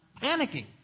panicking